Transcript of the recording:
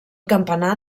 campanar